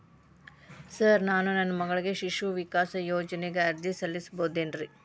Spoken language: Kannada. ಸರ್ ನಾನು ನನ್ನ ಮಗಳಿಗೆ ಶಿಶು ವಿಕಾಸ್ ಯೋಜನೆಗೆ ಅರ್ಜಿ ಸಲ್ಲಿಸಬಹುದೇನ್ರಿ?